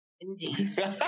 indeed